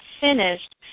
finished